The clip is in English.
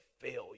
failure